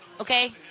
Okay